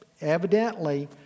evidently